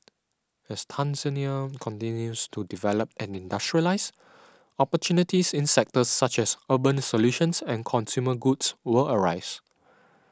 as Tanzania continues to develop and industrialise opportunities in sectors such as urban solutions and consumer goods will arise